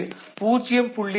இது 0